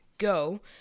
go